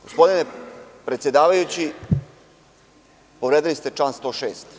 Gospodine predsedavajući, povredili ste član 106.